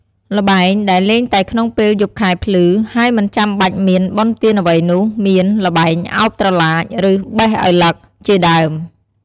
ល្បែងដែលលេងតែក្នុងពេលយប់ខែភ្លឺ ហើយមិនចាំបាច់មាន បុណ្យទានអ្វីនោះ មាន ល្បែងឱបត្រឡាច ឬ បេះឪឡឹក ជាដើម ។